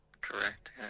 Correct